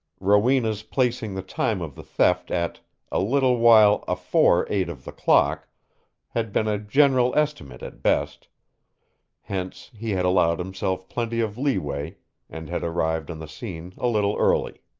rowena's placing the time of the theft at a little while afore eight of the clock had been a general estimate at best hence he had allowed himself plenty of leeway and had arrived on the scene a little early.